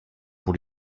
pour